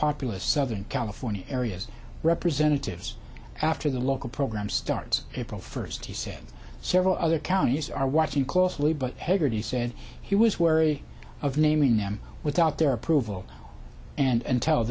populace southern california areas representatives after the local program starts april first he said several other counties are watching closely but haggerty said he was wary of naming them without their approval and